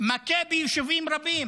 מכה ביישובים רבים,